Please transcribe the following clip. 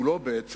או כולו בעצם,